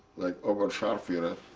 like oberscharfuhrer.